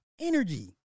energy